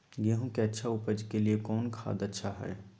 गेंहू के अच्छा ऊपज के लिए कौन खाद अच्छा हाय?